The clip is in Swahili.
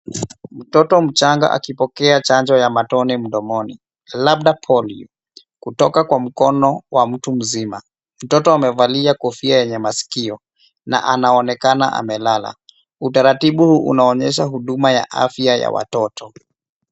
Mtoto mchanga akipokea chanjo ya matone mdomoni, labda polio kutoka kwa mkono wa mtu mzima. Mtoto amevalia kofia yenye masikio na anaonekana amelala. Utaratibu unaonyesha huduma ya afya ya watoto.